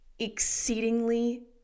exceedingly